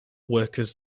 workers